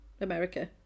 America